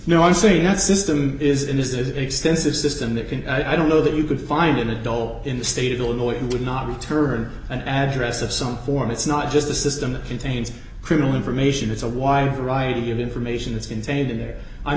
no i'm saying that system is in this is an extensive system that can i don't know that you could find an adult in the state of illinois who would not return an address of some form it's not just the system that contains criminal information it's a wide variety of information that's contained in there i'